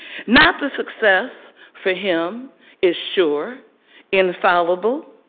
not the success for him is sure infallible,